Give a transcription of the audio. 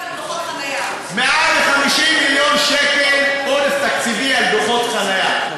מעל 50 מיליון על דוחות חניה.